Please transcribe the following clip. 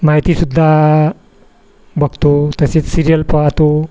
माहिती सुद्धा बघतो तसेच सिरियल पाहतो